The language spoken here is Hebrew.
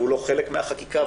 והוא לא חלק מהחקיקה,